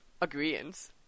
Agreements